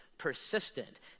persistent